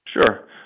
Sure